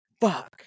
Fuck